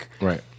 right